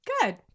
Good